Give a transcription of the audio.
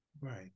right